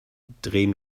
dreh